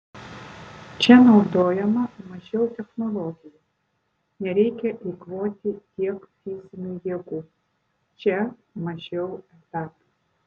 čia naudojama mažiau technologijų nereikia eikvoti tiek fizinių jėgų čia mažiau etapų